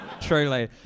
Truly